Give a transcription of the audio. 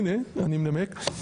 הנה אני מנמק,